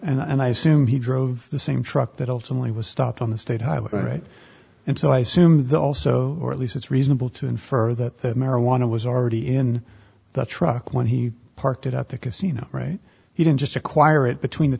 right and i assume he drove the same truck that ultimately was stopped on the state highway right and so i assume that also or at least it's reasonable to infer that the marijuana was already in the truck when he parked it at the casino right he didn't just acquire it between the